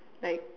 like